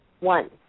One